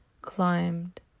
climbed